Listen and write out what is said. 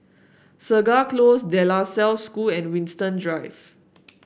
Segar Close De La Salle School and Winstedt Drive